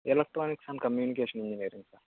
electronics and communication engineering sir